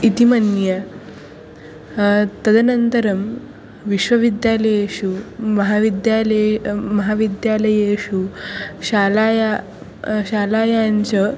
इति मन्ये तदनन्तरं विश्वविद्यालयेषु महाविद्यालये महाविद्यालयेषु शालायां शालायां च